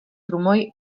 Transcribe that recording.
trumoi